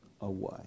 away